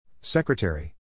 Secretary